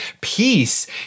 peace